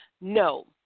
no